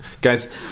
Guys